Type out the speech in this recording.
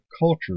culture